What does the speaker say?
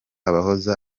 abahoze